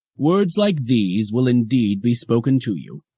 words like these will indeed be spoken to you,